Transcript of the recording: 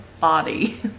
body